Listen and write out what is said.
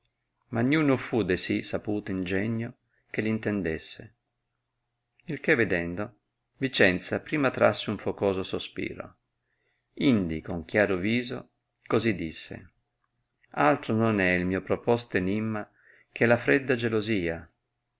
ma niuno fu de sì saputo ingegno che l intendesse il che vedendo vicenza prima trasse un focoso sospiro indi con chiaro viso così disse altro non è il mio proposto enimma che la fredda gelosia